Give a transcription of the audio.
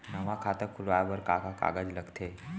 नवा खाता खुलवाए बर का का कागज लगथे?